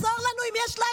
זה חשוב גיאוגרפיה,